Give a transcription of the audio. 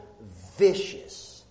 vicious